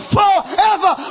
forever